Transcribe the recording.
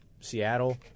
Seattle